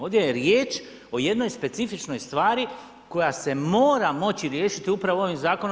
Ovdje je riječ o jednoj specifičnoj stvari koja se mora moći riješiti upravo ovim zakonom.